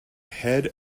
head